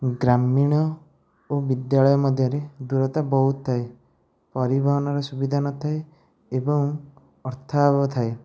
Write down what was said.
ଗ୍ରାମୀଣ ଓ ବିଦ୍ୟାଳୟ ମଧ୍ୟରେ ଦୂରତା ବହୁତ ଥାଏ ପରିବହନର ସୁବିଧା ନଥାଏ ଏବଂ ଅର୍ଥାଭାବ ଥାଏ